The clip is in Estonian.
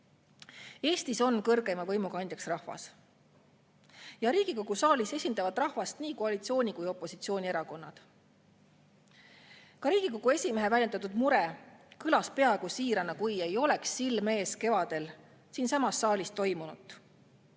Eestis on kõrgeima võimu kandja rahvas ja Riigikogu saalis esindavad rahvast nii koalitsiooni‑ kui ka opositsioonierakonnad. Ka Riigikogu esimehe väljendatud mure kõlas peaaegu siirana, kui ei oleks silme ees kevadel siinsamas saalis toimunut.